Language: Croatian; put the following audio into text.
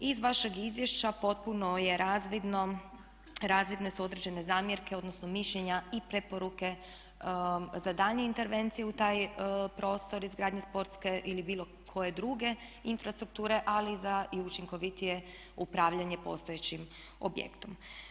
I iz vašeg izvješća potpuno je razvidno, razvidne su određene zamjerke, odnosno mišljenja i preporuke za daljnje intervencije u taj prostor izgradnje sportske ili bilo koje druge infrastrukture ali za i učinkovitije upravljanje postojećim objektom.